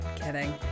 Kidding